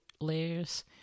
layers